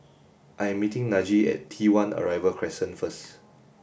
I am meeting Najee at T One Arrival Crescent first